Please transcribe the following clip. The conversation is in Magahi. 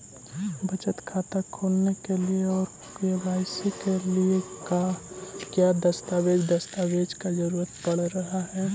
बचत खाता खोलने के लिए और के.वाई.सी के लिए का क्या दस्तावेज़ दस्तावेज़ का जरूरत पड़ हैं?